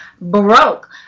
broke